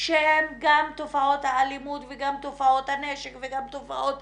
שהן גם תופעות האלימות וגם תופעות הנשק וגם תופעות